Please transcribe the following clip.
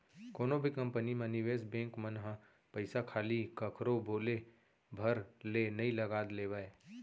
कोनो भी कंपनी म निवेस बेंक मन ह पइसा खाली कखरो बोले भर ले नइ लगा लेवय